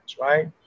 right